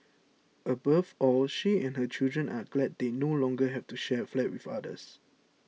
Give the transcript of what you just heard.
above all she and her children are glad they no longer have to share a flat with others